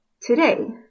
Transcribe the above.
today